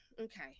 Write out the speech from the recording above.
okay